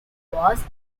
was